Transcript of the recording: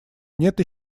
нет